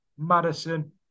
madison